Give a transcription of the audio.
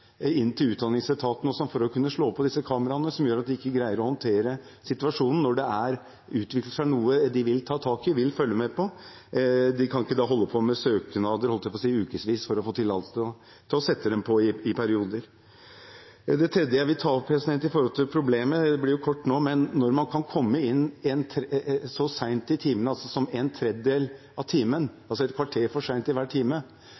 til Utdanningsetaten for å kunne slå på disse kameraene, som gjør at de ikke greier å håndtere situasjonen når det utvikler seg noe de vil ta tak i, vil følge med på. De kan ikke holde på med søknader – jeg holdt på å si – i ukevis for å få tillatelse til å sette kameraene på i perioder. Det tredje jeg vil ta opp med tanke på problemet – det blir jo kort nå – er at når man kan komme inn et kvarter for sent til hver time, fører det til at elever som